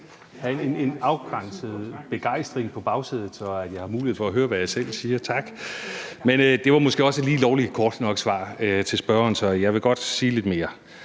lige kan få en afgrænset begejstring på bagsædet, så jeg har mulighed for at høre, hvad jeg selv siger. Tak. Men det var måske også et lige lovlig kort nok svar til spørgeren, så jeg vil godt sige lidt mere.